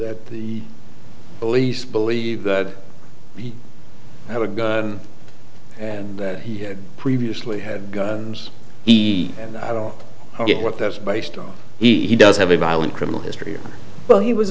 that the police believe that he had a gun and he had previously had guns he and i don't get what that's based on he does have a violent criminal history but he was